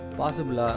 possible